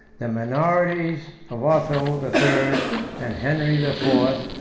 the minorities of otho the third and henry the fourth,